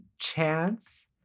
Chance